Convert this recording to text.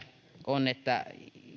on